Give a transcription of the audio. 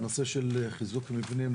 בנושא של חיזוק מבנים,